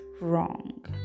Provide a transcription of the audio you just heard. wrong